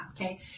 okay